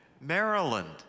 Maryland